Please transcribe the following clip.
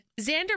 Xander